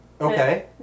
Okay